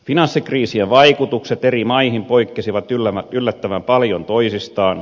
finanssikriisien vaikutukset eri maihin poikkesivat yllättävän paljon toisistaan